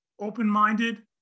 open-minded